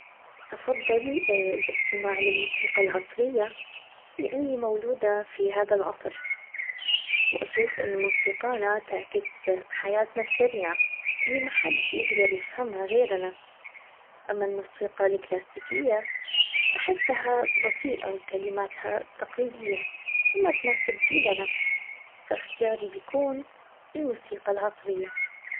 افضل الاستماع للموسيقى العصرية لاني مولودة في هذا العصر واشوف انه موسيقانا تعكس حياتنا السريعة اللي ما حد يقدر يفهمها غيرنا اما الموسيقى الكلاسيكية احسها بطيئة وكلماتها تقليدية وما تناسب جيلنا فاختياري بيكون الموسيقى العصرية